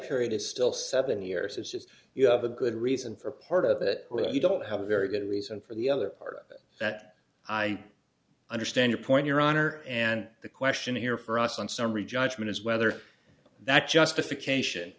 period is still seven years it's just you have a good reason for part of it you don't have a very good reason for the other part that i understand your point your honor and the question here for us in summary judgment is whether that justification